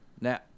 Now